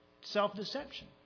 self-deception